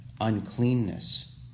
uncleanness